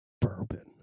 bourbon